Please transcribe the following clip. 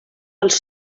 els